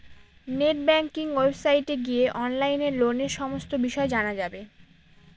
net banking ওয়েবসাইটে গিয়ে অনলাইনে লোনের সমস্ত বিষয় জানা যাবে